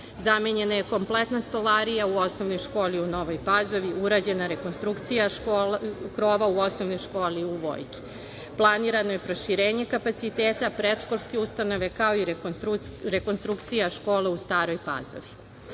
Zamenjena je kompletna stolarija u osnovnoj školi u Novoj Pazovi, urađena rekonstrukcija krova u osnovnoj školi u Vojki. Planirano je proširenje kapaciteta predškolske ustanove, kao i rekonstrukcija škole u Staroj Pazovi. Kako